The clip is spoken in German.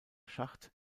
schacht